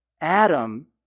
Adam